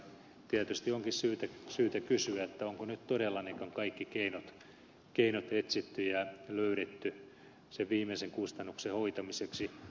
tietysti onkin syytä kysyä onko nyt todella kaikki keinot etsitty ja löydetty sen viimeisen kustannuksen hoitamiseksi